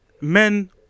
men